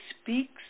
speaks